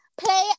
Play